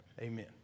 Amen